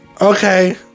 okay